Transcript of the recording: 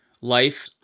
life